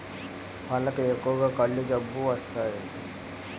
పళ్లకు ఎక్కువగా కుళ్ళు జబ్బు వస్తాది